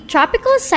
Tropical